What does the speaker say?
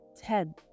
Ted